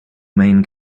main